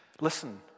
Listen